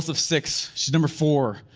six, she's number four.